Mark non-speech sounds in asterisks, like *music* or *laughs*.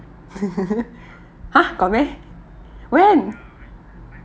*laughs* !huh! got meh when